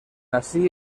así